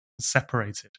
separated